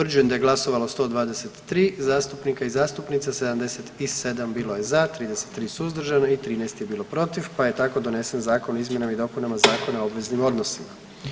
Utvrđujem da je glasovalo 123 zastupnika i zastupnice, 77 bilo je za, 33 suzdržana i 13 je bilo protiv, pa je tako donesen Zakon o izmjenama i dopunama Zakona o obveznim odnosima.